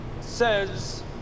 says